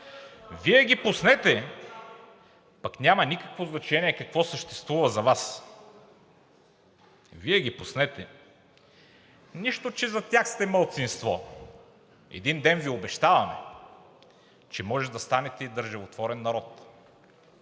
Вие ги пуснете, пък няма никакво значение какво съществува за Вас. Вие ги пуснете, нищо че за тях сте малцинство. Един ден Ви обещаваме, че може да станете и държавотворен народ.